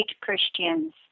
Christians